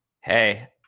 Hey